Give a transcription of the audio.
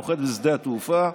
נוחת בשדה התעופה,